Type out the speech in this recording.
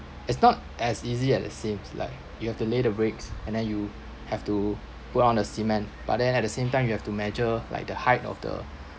it's not as easy at it seems like you have to lay the bricks and then you have to put on the cement but then at the same time you have to measure like the height of the